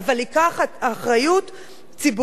לקחת אחריות ציבורית.